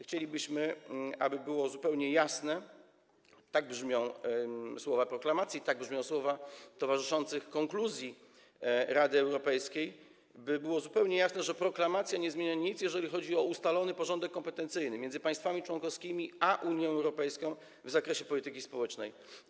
Chcielibyśmy, aby było zupełnie jasne - tak brzmią słowa proklamacji, tak brzmią słowa towarzyszących konkluzji Rady Europejskiej - że proklamacja nie zmienia nic, jeżeli chodzi o ustalony porządek kompetencyjny między państwami członkowskimi a Unią Europejską w zakresie polityki społecznej.